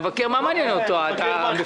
את המבקר זה לא מעניין, המפלגות